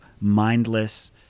mindless